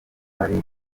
wari